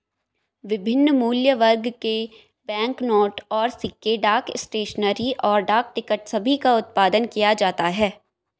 विभिन्न मूल्यवर्ग के बैंकनोट और सिक्के, डाक स्टेशनरी, और डाक टिकट सभी का उत्पादन किया जाता है